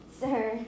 Sir